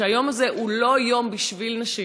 שהיום הזה הוא לא יום בשביל נשים,